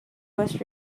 was